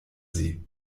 sie